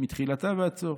מתחילתה ועד סופה.